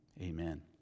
amen